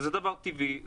זה דבר טבעי,